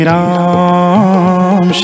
Ram